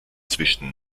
zwischen